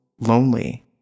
lonely